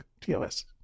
tos